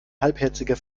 halbherziger